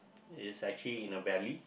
it's actually in a valley